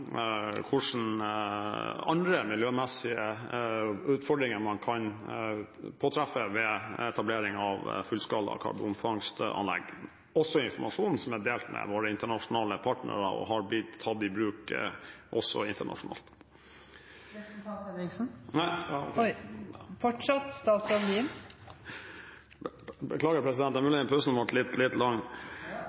andre miljømessige utfordringer man kan påtreffe ved etablering av fullskala karbonfangstanlegg, også informasjon som er delt med våre internasjonale partnere, og har blitt tatt i bruk også internasjonalt. Teknologisenteret er også en viktig brikke for det